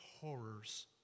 horrors